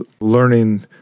learning